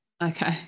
Okay